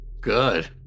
good